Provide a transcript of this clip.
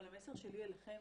אבל המסר שלי אליכם